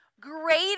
greater